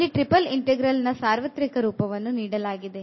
ಇಲ್ಲಿ triple integral ನ ಸಾರ್ವತ್ರಿಕ ರೂಪವನ್ನು ನೀಡಲಾಗಿದೆ